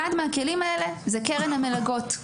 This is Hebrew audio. אחד מהכלים האלה זה קרן המלגות,